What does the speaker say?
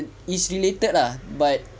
it's related lah but